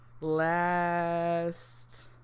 last